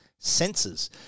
sensors